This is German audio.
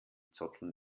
zotteln